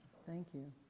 thank you.